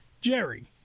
Jerry